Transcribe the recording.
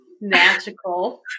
magical